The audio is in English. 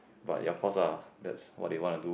but of course lah that's what they want to do